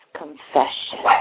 confession